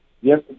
Yes